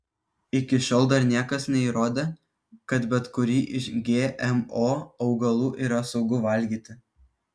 iki šiol dar niekas neįrodė kad bet kurį iš gmo augalų yra saugu valgyti